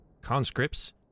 conscripts